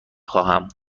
خواهم